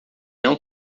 não